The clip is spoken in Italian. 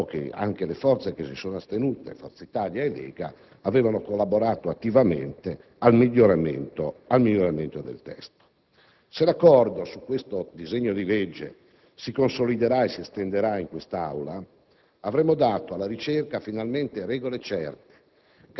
dopo che anche le forze che si sono astenute (Forza Italia e Lega) avevano collaborato attivamente al miglioramento del testo. Se l'accordo su tale disegno di legge si consoliderà e si estenderà in quest'Aula, avremo finalmente dato alla ricerca regole certe,